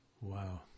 Wow